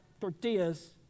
tortillas